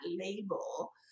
label